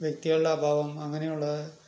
വ്യക്തികളുടെ അഭാവം അങ്ങനെയുള്ള